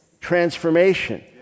transformation